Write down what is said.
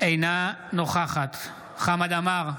אינה נוכחת חמד עמאר,